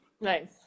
Nice